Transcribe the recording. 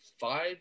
five